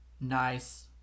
nice